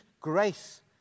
grace